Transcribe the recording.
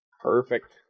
Perfect